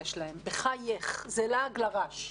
זה לעג לרש.